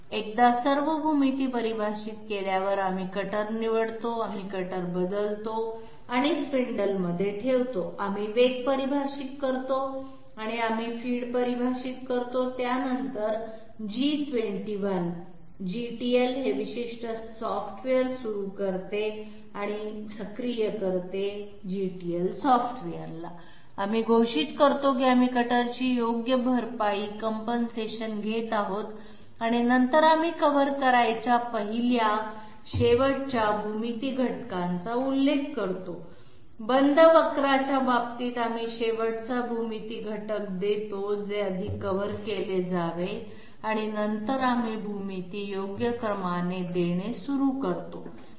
एकदा सर्व भूमिती परिभाषित केल्यावर आम्ही कटर निवडतो आम्ही कटर बदलतो आणि स्पिंडलमध्ये ठेवतो आम्ही वेग परिभाषित करतो आणि आम्ही फीड परिभाषित करतो त्यानंतर G21 GTL हे विशिष्ट सॉफ्टवेअर सुरू करते किंवा सक्रिय करते GTL सॉफ्टवेअर आम्ही घोषित करतो की आम्ही कटरची योग्य भरपाई घेत आहोत आणि नंतर आम्ही कव्हर करायच्या पहिल्या शेवटच्या भूमिती घटकांचा उल्लेख करतो बंद वक्रांच्या बाबतीत आम्ही शेवटचा भूमिती घटक देतो जे आधी कव्हर केले जावे आणि नंतर आम्ही भूमिती योग्य क्रमाने देणे सुरू करतो